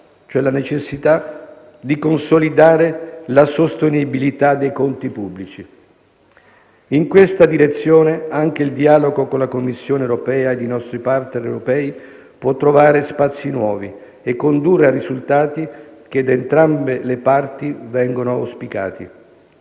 e la necessità di consolidare la sostenibilità dei conti pubblici. In questa direzione anche il dialogo con la Commissione europea ed i nostri *partner* europei può trovare spazi nuovi e condurre ai risultati che da entrambe le parti vengono auspicati.